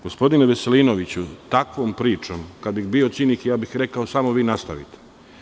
Gospodine Veselinoviću, takvom pričom, kad bih bio cinik ja bih rekao samo vi nastavite.